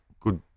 good